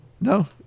no